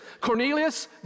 Cornelius